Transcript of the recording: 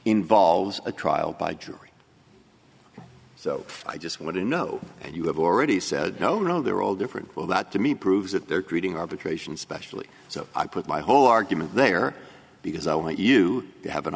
involves a trial by jury so i just want to know and you have already said no no they're all different well that to me proves that they're creating arbitration specially so i put my whole argument there because i want you to have an